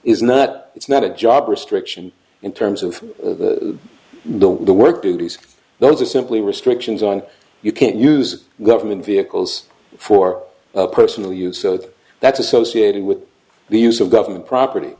is not it's not a job restriction in terms of the work duties there are simply restrictions on you can't use government vehicles for personal use so that's associated with the use of government property